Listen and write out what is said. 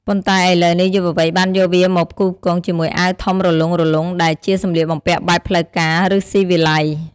ប៉ុន្តែឥឡូវនេះ យុវវ័យបានយកវាមកផ្គូផ្គងជាមួយអាវធំរលុងៗ ដែលជាសម្លៀកបំពាក់បែបផ្លូវការ ឬស៊ីវិល័យ។